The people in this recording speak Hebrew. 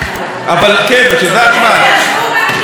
הם ישבו בבני ברק עד שהגיע, לא